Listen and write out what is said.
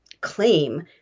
claim